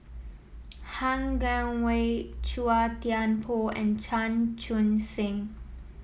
Han Guangwei Chua Thian Poh and Chan Chun Sing